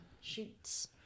Shoots